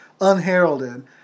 unheralded